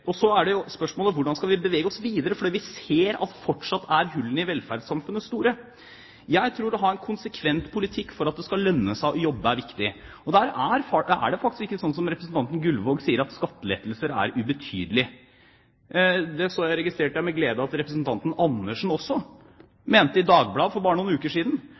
Så er spørsmålet: Hvordan skal vi bevege oss videre? Vi ser jo at hullene i velferdssamfunnet fortsatt er store. Jeg tror at det å ha en konsekvent politikk for at det skal lønne seg å jobbe, er viktig. Der er det faktisk ikke slik, som representanten Gullvåg sier, at skattelettelser er ubetydelig. Det registrerte jeg med glede at representanten Andersen også mente i Dagbladet for bare noen uker siden.